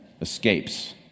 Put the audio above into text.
escapes